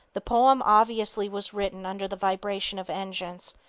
the poem obviously was written under the vibration of engines,